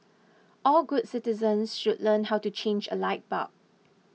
all good citizens should learn how to change a light bulb